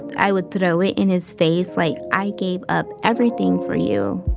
i would throw it in his face like, i gave up everything for you.